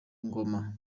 ngoma